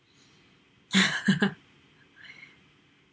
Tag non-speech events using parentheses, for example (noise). (laughs)